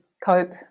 cope